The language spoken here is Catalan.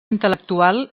intel·lectual